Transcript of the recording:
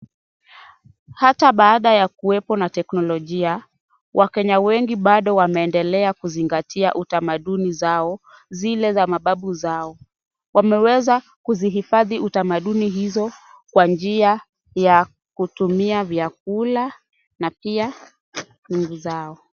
Hata baada ya kuwepo na teknolojia, wakenya wengi bado wameendelea kuzingatia utamaduni zao zile za mababu zao. Wameweza kuzihifadhi utamaduni hizo kwa njia ya kutumia vyakula na pia nyungu zao.